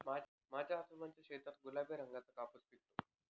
माझ्या आजोबांच्या शेतात गुलाबी रंगाचा कापूस पिकतो